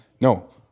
No